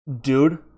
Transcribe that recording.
Dude